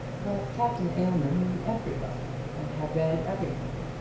but captain aylmer knew everybody, and had read everything,